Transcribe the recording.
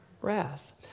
Wrath